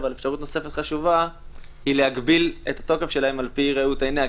ואפשרות נוספת חשובה היא להגביל את התוקף שלהן על פי ראות עיניה,